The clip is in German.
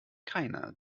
keiner